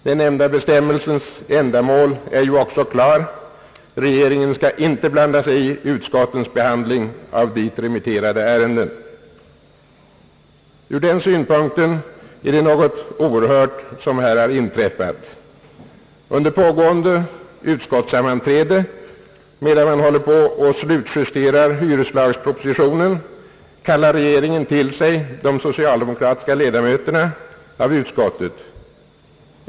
Den nämnda bestämmelsens ändamål är ju också klar: Regeringen skall inte blanda sig i utskottens behandling av till dem remitterade ärenden. Ur den synpunkten är det något oerhört som här inträffat. Under pågående utskottssammanträde, medan man håller på och slutjusterar hyreslagspropositionen, kallar regeringen till sig de socialdemokratiska ledamöterna av utskottet.